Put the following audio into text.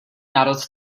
národ